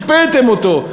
הקפאת אותו.